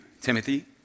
Timothy